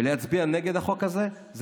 על הרבה מאוד הטבות שאתם ביקשתם, ואגב בצדק.